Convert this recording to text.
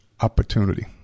Opportunity